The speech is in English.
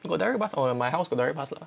got direct bus or my house got direct bus lah